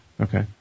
Okay